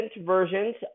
versions